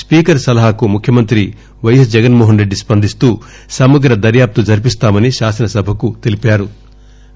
speaker సలహాకు ముఖ్యమంత్రి పైఎస్ జగన్మోహస్ రెడ్డి స్పందిస్తూ సమగ్ర దర్యాప్తు జరిపిస్తామని శాసనసభకు తెలిపారు